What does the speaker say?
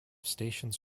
stations